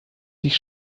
sich